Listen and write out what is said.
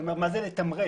מה זה "לתמרץ"?